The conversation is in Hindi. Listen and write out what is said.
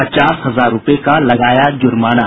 पचास हजार रूपये का लगाया जुर्माना